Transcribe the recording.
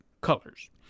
colors